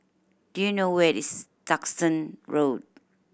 do you know where is Duxton Road